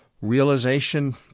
realization